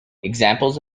examples